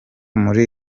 muri